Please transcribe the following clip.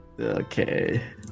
Okay